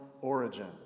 origin